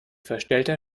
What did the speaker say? verstellter